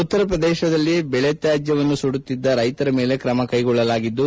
ಉತ್ತರ ಪ್ರದೇಶದಲ್ಲಿ ಬೆಳೆ ತ್ಯಾಜ್ವನ್ನು ಸುಡುತ್ತಿದ್ದ ರೈತರ ಮೇಲೆ ಕ್ರಮ ಕೈಗೊಳ್ಳಲಾಗಿದ್ದು